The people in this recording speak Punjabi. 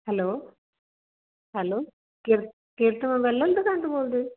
ਹੈਲੋ ਹੈਲੋ ਬੋਲਦੇ